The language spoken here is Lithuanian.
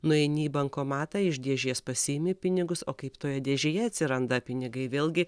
nueini į bankomatą iš dėžės pasiimi pinigus o kaip toje dėžėje atsiranda pinigai vėlgi